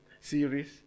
series